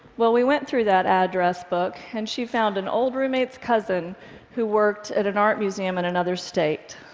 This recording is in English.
well, we went through that address book, and she found an old roommate's cousin who worked at an art museum in another state.